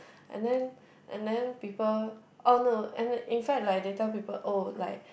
and then and then people orh no and in fact like they tell people oh like